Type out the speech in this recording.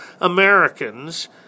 Americans